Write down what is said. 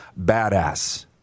badass